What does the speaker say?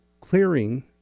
clearing